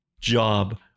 job